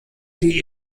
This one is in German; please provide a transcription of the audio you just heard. die